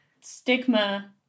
stigma